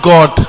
God